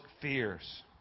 fears